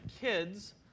kids